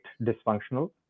dysfunctional